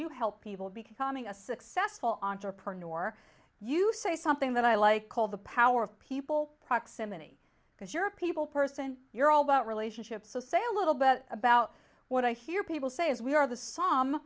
you help people becoming a successful entrepreneur you say something that i like called the power of people proximity because you're a people person you're all about relationships so say a little bit about what i hear people say as we are the sum